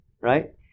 right